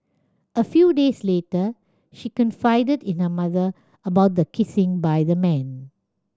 a few days later she confided in her mother about the kissing by the man